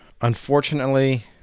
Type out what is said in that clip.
Unfortunately